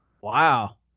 Wow